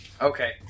Okay